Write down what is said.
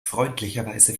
freundlicherweise